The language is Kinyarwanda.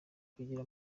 kugira